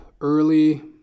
early